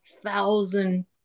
thousand